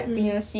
hmm